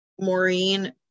Maureen